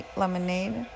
lemonade